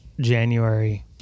January